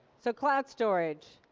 so cloud storage,